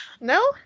No